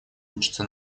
учится